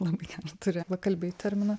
labai gerą turi anglakalbiai terminą